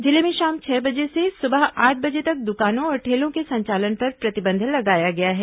जिले में शाम छह से सुबह आठ बजे तक दुकानों और ठेलों के संचालन पर प्रतिबंध लगाया गया है